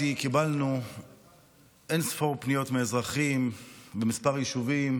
קיבלנו אין-ספור פניות מאזרחים בכמה יישובים